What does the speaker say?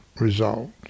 result